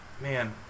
man